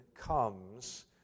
comes